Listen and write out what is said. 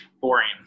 boring